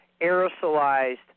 aerosolized